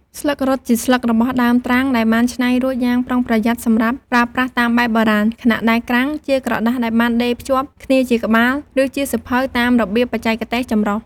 ស្លឹករឹត ជាស្លឹករបស់ដើមទ្រាំងដែលបានច្នៃរួចយ៉ាងប្រុងប្រយ័ត្ន សម្រាប់ប្រើប្រាស់តាមបែបបុរាណ ខណៈដែល "ក្រាំង" ជាក្រដាសដែលបានដេរភ្ជាប់គ្នាជាក្បាល ឬជាសៀវភៅ តាមរបៀបបច្ចេកទេសចំរុះ។